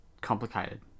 complicated